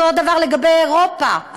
אותו דבר לגבי אירופה,